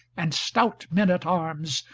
and stout men at arms,